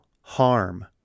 harm